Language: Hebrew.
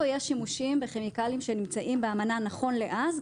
יש שימושים בכימיקלים שנמצאים באמנה נכון לאז,